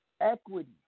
Equity